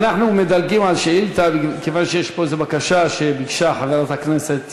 אנחנו מדלגים על שאילתה כיוון שיש פה איזה בקשה שביקשה חברת הכנסת